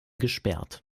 gesperrt